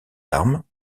armes